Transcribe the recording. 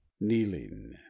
kneeling